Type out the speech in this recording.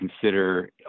consider